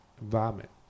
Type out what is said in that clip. vomit